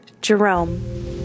Jerome